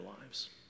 lives